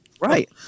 Right